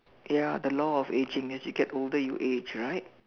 ya the law of ageing as you get older you age right